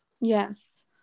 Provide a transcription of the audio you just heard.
yes